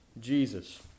Jesus